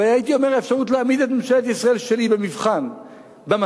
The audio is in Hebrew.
והייתי אומר אפשרות להעמיד את ממשלת ישראל שלי במבחן במשא-ומתן,